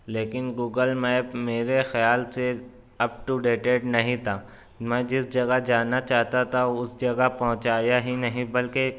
لیکن Google map میرے خیال سے اپ ٹو ڈیٹیڈ نہیں تھا میں جس جگہ جانا چاہتا تھا اس جگہ پہونچایا ہی نہیں بلکہ